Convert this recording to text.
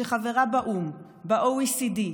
שחברה באו"ם, ב-OECD,